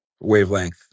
wavelength